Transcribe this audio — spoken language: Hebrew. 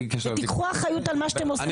קחו אחריות על מה שאתם עושים.